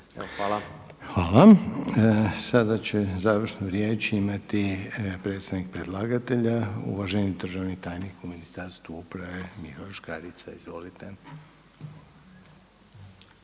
Hvala. Sada će završnu riječ imati predstavnik predlagatelja uvaženi državni tajnik u ministarstvu uprave Mihovil Škarica. Izvolite.